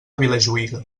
vilajuïga